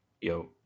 Yo